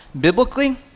biblically